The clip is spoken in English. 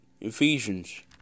Ephesians